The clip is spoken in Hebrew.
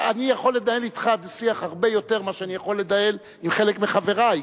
אני יכול להתדיין אתך בדו-שיח הרבה יותר מאשר עם חלק מחברי,